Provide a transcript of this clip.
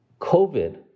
COVID